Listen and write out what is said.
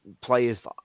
players